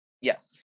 Yes